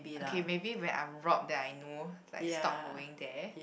okay maybe when I'm robbed then I know like stop going there